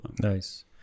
Nice